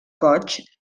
goigs